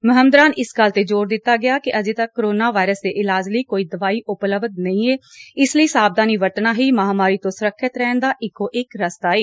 ਮੁਹਿੰਮ ਦੌਰਾਨ ਇਸ ਗੱਲ ਤੇ ਜੋਰ ਦਿੱਤਾ ਗਿਆ ਕਿ ਅਜੇ ਤੱਕ ਕੋਰੋਨਾ ਵਾਇਰਸ ਦੇ ਇਲਾਜ ਲਈ ਕੋਈ ਦਵਾਈ ਉਪਲੱਭਧ ਨਹੀ ਏ ਇਸ ਲਈ ਸਾਵਧਾਨੀ ਵਰਤਣਾ ਹੀ ਮਹਾਂਮਾਰੀ ਤੋਂ ਸੁਰੱਖਿਅਤ ਰਹਿਣ ਦਾ ਇੱਕੋ ਇੱਕ ਰਸਤਾ ਏ